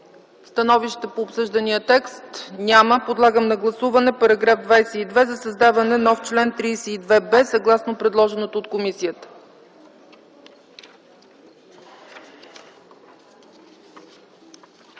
становища по обсъждания текст? Няма. Подлагам на гласуване § 22 за създаване на нов чл. 32б, съгласно предложеното от комисията.